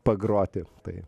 pagroti tai